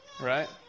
Right